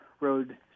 road